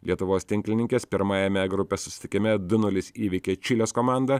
lietuvos tinklininkės pirmajame grupės susitikime du nulis įveikė čilės komandą